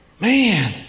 Man